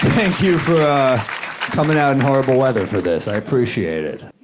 thank you for coming out in horrible weather for this. i appreciate it.